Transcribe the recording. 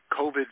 COVID